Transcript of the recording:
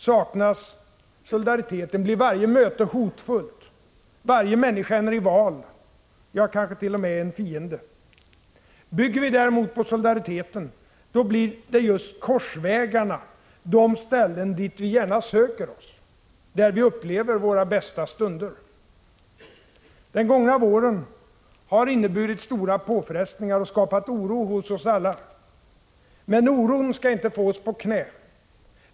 Saknas solidariteten, blir varje möte hotfullt, varje människa en rival, ja, kanske t.o.m. en fiende. Bygger vi däremot på solidariteten, då blir just korsvägarna de ställen dit vi gärna söker — Prot. 1985/86:163 oss, där vi upplever våra bästa stunder. 5 Sjuni 1986 Den gångna våren har inneburit stora påfrestningar och skapat oro hos oss alla. Men oron skall inte få oss på knä.